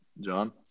John